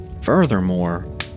Furthermore